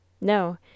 No